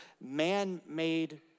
man-made